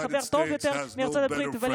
להלן תרגומם הסימולטני: אני אומר באופן חד וברור